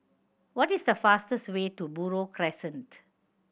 what is the fastest way to Buroh Crescent